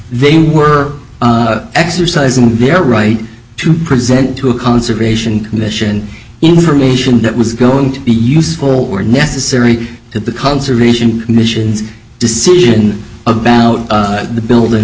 they were exercising their right to present to a conservation commission information that was going to be useful or necessary to the conservation commission's decision about the building